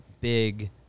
big